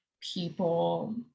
people